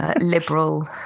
liberal